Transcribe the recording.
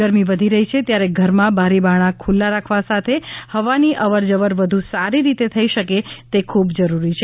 ગરમી વધી રહી છે ત્યારે ઘરમાં બારી બારણાં ખુલ્લા રાખવા સાથે હવાની અવર જવર વધુ સારી રીતે થઇ શકે તે ખૂબ જરૂરી છે